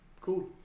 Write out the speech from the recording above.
Cool